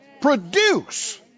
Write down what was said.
Produce